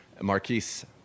Marquise